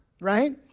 right